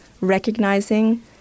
recognizing